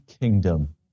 kingdom